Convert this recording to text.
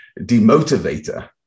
demotivator